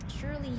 Surely